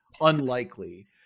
unlikely